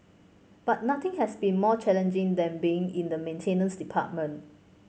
but nothing has been more challenging than been in the maintenance department